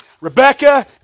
Rebecca